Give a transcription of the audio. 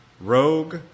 rogue